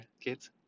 kids